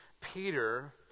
Peter